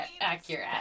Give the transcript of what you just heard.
accurate